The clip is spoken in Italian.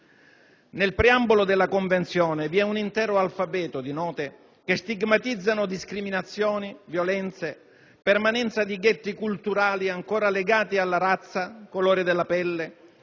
Nel preambolo della Convenzione vi è un intero alfabeto di note che stigmatizzano discriminazioni, violenze, permanenza di ghetti culturali ancora legati a «razza, colore della pelle,